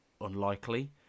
unlikely